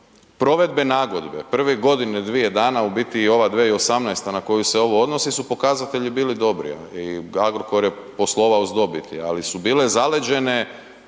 provedbe nagodbe prvih godinu il dvije dana u biti i ova 2018. na koju se ovo odnosi su pokazatelji bili dobri i Agrokor je poslovao s dobiti, ali su bile zaleđene